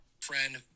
Friend